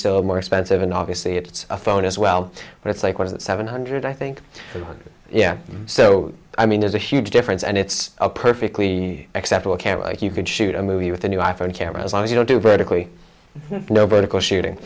is more expensive and obviously it's a phone as well but it's like one of the seven hundred i think yeah so i mean there's a huge difference and it's a perfectly acceptable camera you could shoot a movie with a new i phone camera as long as you go to berkeley nobody goes shooting